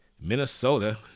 Minnesota